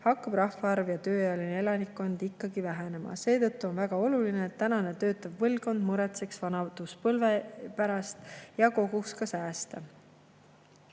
hakkab rahvaarv ja tööealine elanikkond ikkagi vähenema. Seetõttu on väga oluline, et tänane töötav põlvkond muretseks vanaduspõlve pärast ja koguks ka sääste.